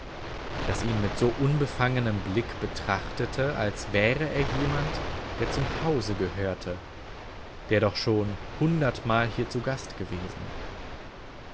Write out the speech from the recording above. das ihn mit so unbefangenem blick betrachtete als wäre er jemand der zum hause gehörte oder doch schon hundertmal hier zu gast gewesen